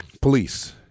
police